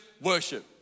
worship